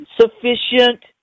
sufficient